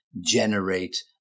generate